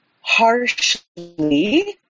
harshly